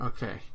Okay